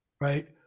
Right